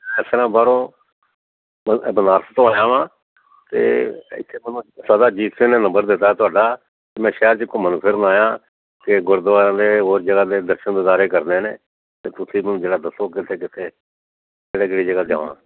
ਦਰਅਸਲ ਮੈਂ ਬਾਹਰੋਂ ਬ ਬਨਾਰਸ ਤੋਂ ਆਇਆ ਵਾਂ ਅਤੇ ਇੱਥੇ ਅਜੀਤ ਸਿੰਘ ਨੇ ਨੰਬਰ ਦਿੱਤਾ ਤੁਹਾਡਾ ਮੈਂ ਸ਼ਹਿਰ 'ਚ ਘੁੰਮਣ ਫਿਰਨ ਆਇਆ ਅਤੇ ਗੁਰਦੁਆਰਿਆਂ ਦੇ ਹੋਰ ਜਗ੍ਹਾ ਦੇ ਦਰਸ਼ਨ ਦੀਦਾਰੇ ਕਰਨੇ ਨੇ ਤਾਂ ਤੁਸੀਂ ਮੈਨੂੰ ਜਗ੍ਹਾ ਦੱਸੋ ਕਿੱਥੇ ਕਿੱਥੇ ਕਿਹੜੀ ਕਿਹੜੀ ਜਗ੍ਹਾ ਜਾਵਾਂ